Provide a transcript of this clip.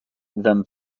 them